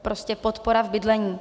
Prostě podpora v bydlení.